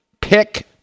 pick